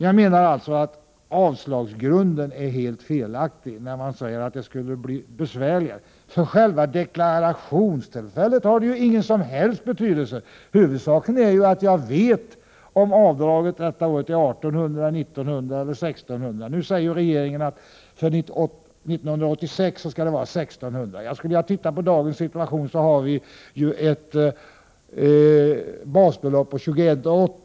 Jag menar alltså att avslagsgrunden är helt felaktig, när man säger att det skulle bli besvärligare. För själva deklarationstillfället har det ingen som helst betydelse. Huvudsaken är ju att man vet om avdraget detta år är 1 800, 1 900 eller 1 600 kr. Nu säger regeringen att för 1986 skall det vara 1 600 kr. I dagens situation har vi ett basbelopp på 21 800 kr.